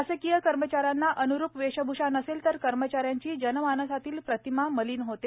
शासकीय कर्मचाऱ्यांना े न्रूप वेशभूषा नसेल तर कर्मचाऱ्यांची जनमानसातील प्रतिमा मलीन होते